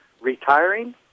retiring